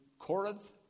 Corinth